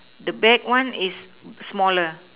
the back one is smaller